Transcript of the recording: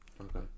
Okay